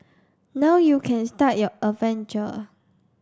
now you can start your adventure